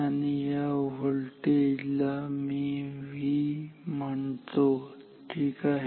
आणि या व्होल्टेज ला मी V म्हणतो ठीक आहे